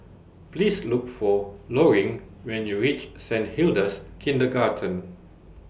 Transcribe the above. Please Look For Loring when YOU REACH Saint Hilda's Kindergarten